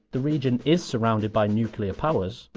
the region is surrounded by nuclear powers.